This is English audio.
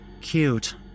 Cute